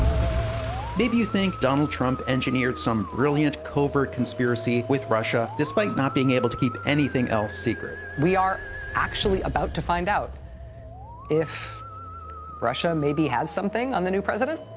maybe you think donald trump engineered some brilliant covert conspiracy with russia despite not being able to keep anything else secret. we are actually about to find out if russia maybe has something on the new president.